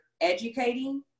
educating